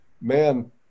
man